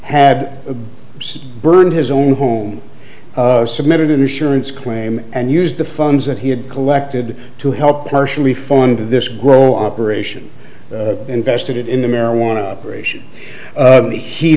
had burned his own home submitted an insurance claim and used the funds that he had collected to help partially funded this grow operation invested in the marijuana operation